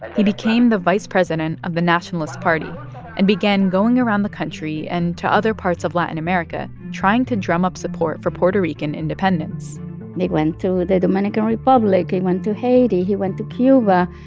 he became the vice president of the nationalist party and began going around the country and to other parts of latin america trying to drum up support for puerto rican independence he went to the dominican republic. he went to haiti. he went to cuba,